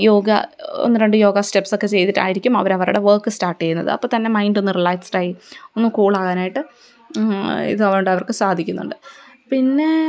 യോഗ ഒന്നു രണ്ടു യോഗ സ്റ്റെപ്സൊക്കെ ചെയ്തിട്ടായിരിക്കും അവരവരുടെ വർക്ക് സ്റ്റാർട്ടേയ്യുന്നത് അപ്പോള്ത്തന്നെ മൈൻഡൊന്ന് റിലാക്സ്ഡായി ഒന്ന് കൂളാകാനായിട്ട് ഇതു കൊണ്ടവർക്കു സാധിക്കുന്നുണ്ട് പിന്നേ